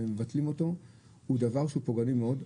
מבטלים אותו וזה דבר שהוא פוגעני מאוד,